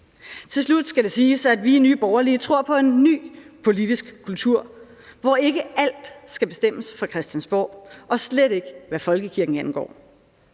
Til slut skal det siges, at vi i Nye Borgerlige tror på en ny politisk kultur, hvor ikke alt skal bestemmes fra Christiansborg og slet ikke, hvad folkekirken angår.